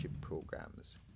Programs